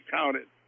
counted